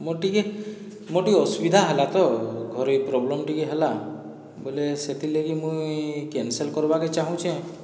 ମୋର ଟିକେ ମୋର ଟିକେ ଅସୁବିଧା ହେଲା ତ ଘରେ ପ୍ରୋବ୍ଲେମ ଟିକେ ହେଲା ବଲେ ସେଥିଲାଗି ମୁଇଁ କ୍ୟାନ୍ସଲ କରବାକେ ଚାହୁଁଛେଁ